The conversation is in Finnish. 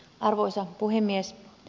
arvoisa puhemies